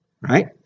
Right